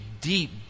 deep